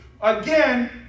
Again